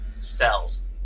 cells